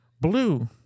blue